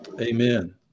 Amen